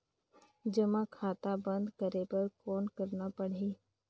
जमा खाता बंद करे बर कौन करना पड़ही?